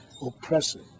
oppressive